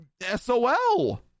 SOL